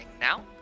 now